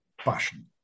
passion